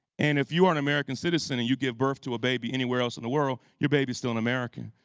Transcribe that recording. and if you are an american citizen and you give birth to a baby anywhere else in the world, your baby is still an american.